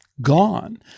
gone